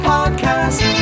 Podcast